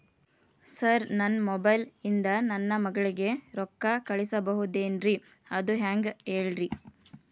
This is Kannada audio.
ಸರ್ ನನ್ನ ಮೊಬೈಲ್ ಇಂದ ನನ್ನ ಮಗಳಿಗೆ ರೊಕ್ಕಾ ಕಳಿಸಬಹುದೇನ್ರಿ ಅದು ಹೆಂಗ್ ಹೇಳ್ರಿ